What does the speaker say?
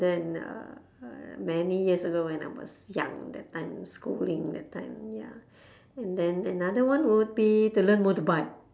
then uh many years ago when I was young that time schooling that time ya and then another one would be to learn motorbike